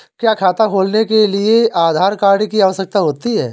क्या खाता खोलने के लिए आधार कार्ड की आवश्यकता होती है?